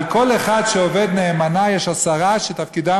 על כל אחד שעובד נאמנה יש עשרה שתפקידם